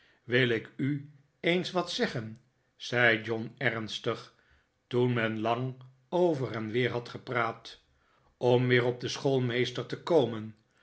wil ik u eens wat zeggen zei john ernstig toen men lang over en weer had gepraat om weer op den schoolmeester te komen